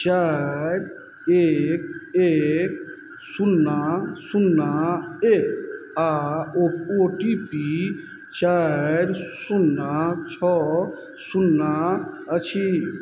चारि एक एक सुन्ना सुन्ना एक आओर ओ ओ टी पी चारि सुन्ना छओ सुन्ना अछि